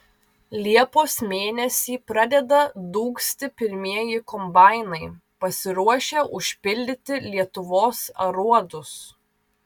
liepos mėnesį pradeda dūgzti pirmieji kombainai pasiruošę užpildyti lietuvos aruodus